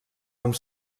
amb